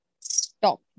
stop